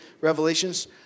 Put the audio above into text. revelations